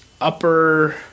upper